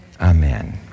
Amen